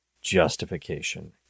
justification